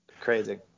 Crazy